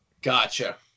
gotcha